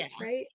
right